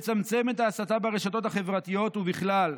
לצמצם את ההסתה ברשתות החברתיות ובכלל?